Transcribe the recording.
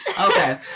okay